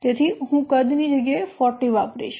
તેથી હું કદ ની જગ્યાએ 40 વાપરીશ